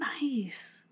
nice